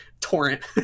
torrent